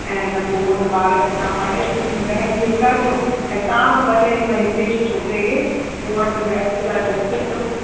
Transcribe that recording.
ऐं अइन पोइ अइन ॿार खे तव्हां पाढ़े ड्राईंग सेखारिजो ऐं तव्हां बि भले हुन हितेश छोकिरे खे मूं वटि मैथ्स लाइ मोकिलिजो